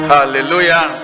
Hallelujah